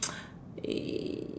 it